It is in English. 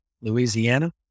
louisiana